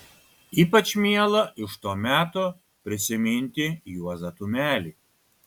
ypač miela iš to meto prisiminti juozą tumelį